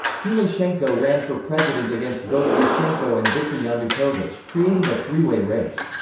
tymoshenko ran for president against both yushchenko and viktor yanukovych, creating a three-way race.